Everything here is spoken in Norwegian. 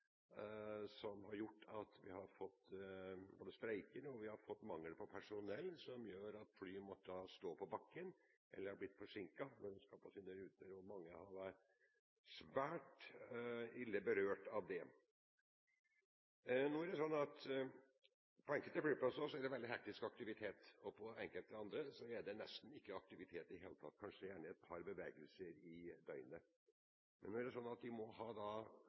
som har gjort at vi har hatt både streiker og mangel på personell, og som har ført til at fly har måttet stå på bakken eller har blitt forsinket på sine ruter. Mange har vært sterkt berørt av dette. På enkelte flyplasser er det veldig hektisk aktivitet, og på enkelte andre er det nesten ikke aktivitet i det hele tatt, kanskje bare et par bevegelser i døgnet. Nå er det slik at man må ha